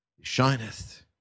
shineth